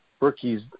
rookies